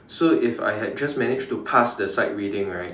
so if I had just managed to pass the sight reading right